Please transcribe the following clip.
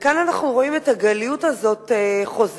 וכאן אנחנו רואים את הגליות הזאת חוזרת,